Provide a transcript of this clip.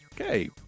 okay